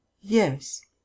Yes